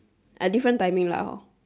a different timing lah hor